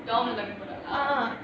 long இது போறாளா:ithu porala